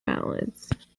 balance